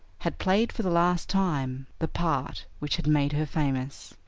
had played for the last time the part which had made her famous.